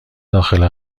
داخل